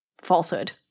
falsehood